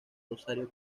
rosario